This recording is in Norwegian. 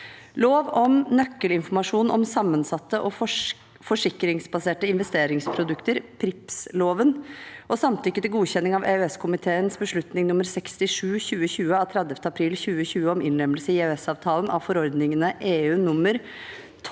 Lov om nøkkelinformasjon om sammensatte og forsikringsbaserte investeringsprodukter (PRIIPs-loven) og samtykke til godkjenning av EØSkomiteens beslutning nr. 67/2020 av 30. april 2020 om innlemmelse i EØS-avtalen av forordningene (EU) nr.